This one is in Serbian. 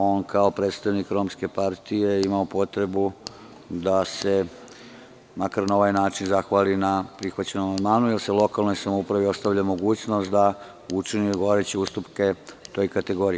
On je kao predstavnik Romske partije imao potrebu da se makar na ovaj način zahvali na prihvaćenom amandmanu, jer se lokalnoj samoupravi ostavlja mogućnost da učini odgovarajuće ustupke toj kategoriji.